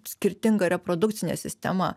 skirtinga reprodukcinė sistema